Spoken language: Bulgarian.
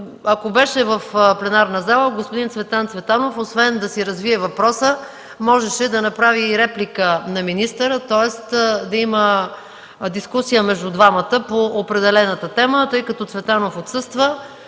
Ако беше в пленарна зала, господин Цветан Цветанов освен да си развие въпроса, можеше да направи и реплика на министъра, тоест да има дискусия между двамата по определената тема. Тъй като Цветанов отсъства,